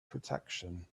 protection